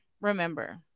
remember